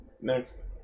Next